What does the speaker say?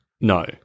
No